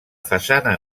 façana